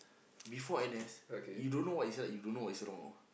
before N_S you don't know what is right you don't know what is wrong ah